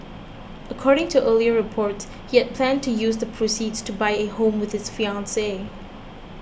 according to earlier reports he had planned to use the proceeds to buy a home with his fiancee